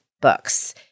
books